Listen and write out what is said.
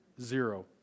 Zero